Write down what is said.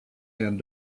and